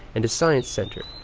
and a science center.